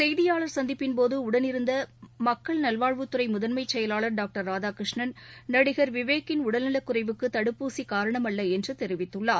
செய்தியாளர் சந்திப்பின் போது உடனிருந்த மக்கள் நல்வாழ்வுத் துறை முதன்மை செயலாளர் டாக்டர் ராதாகிருஷ்ணன் நடிகர் விவேக்கின் உடல்நலக் குறைவுக்கு தடுப்பூசி காரணமல்ல என்று தெரிவித்துள்ளார்